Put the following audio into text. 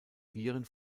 viren